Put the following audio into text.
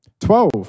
Twelve